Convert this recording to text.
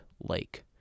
lake